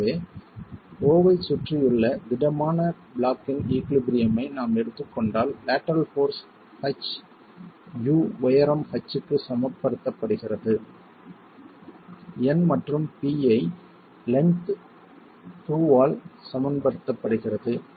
எனவே O ஐச் சுற்றியுள்ள திடமான ப்ளாக்கின் ஈகுலிபிரியம்மை நான் எடுத்துக் கொண்டால் லேட்டரல் போர்ஸ் H u உயரம் h க்கு சமப்படுத்தப்படுகிறது N மற்றும் P ஐ லென்த் 2 ஆல் சமன்படுத்துகிறது